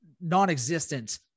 non-existent